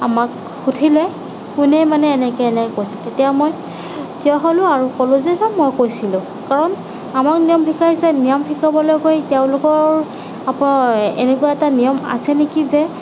আমাক সুধিলে কোনে মানে এনেকৈ এনেকৈ কৈছিলে তেতিয়া মই থিয় হ'লোঁ আৰু ক'লোঁ যে ছাৰ মই কৈছিলো কাৰণ আমাক নিয়ম শিকাইছে নিয়ম শিকাবলৈ গৈ তেওঁলোকৰ এনেকুৱা এটা নিয়ম আছে নেকি যে